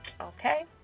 Okay